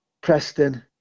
Preston